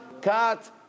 Cut